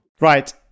Right